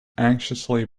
anxiously